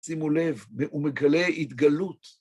שימו לב, הוא מגלה התגלות.